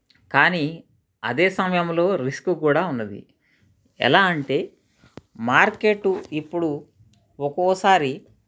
కానీ అదే సమయంలో రిస్క్ కూడా ఉన్నది ఎలా అంటే మార్కెట్టు ఇప్పుడు ఒకోసారి